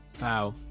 wow